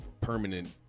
permanent